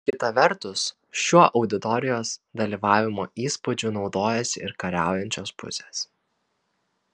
kita vertus šiuo auditorijos dalyvavimo įspūdžiu naudojasi ir kariaujančios pusės